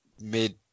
mid